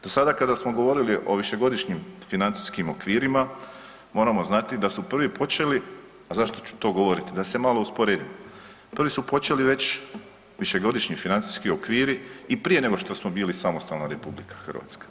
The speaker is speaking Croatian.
Do sada kada smo govorili o višegodišnjim financijskim okvirima, moramo znati da su prvi počeli, a zašto ću to govoriti, da se malo usporedimo. ... su počeli već višegodišnji financijski okviri i prije nego što smo bili samostalna RH.